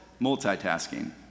multitasking